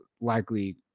likely